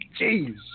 Jeez